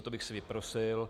To bych si vyprosil.